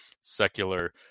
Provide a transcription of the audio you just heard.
secular